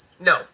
no